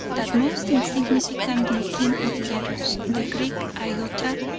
that most insignificant-looking of letters, the greek iota,